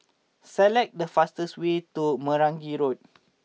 select the fastest way to Meragi Road